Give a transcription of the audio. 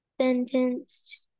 sentenced